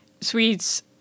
swedes